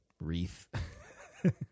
wreath